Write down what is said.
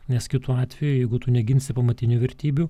nes kitu atveju jeigu tu neginsi pamatinių vertybių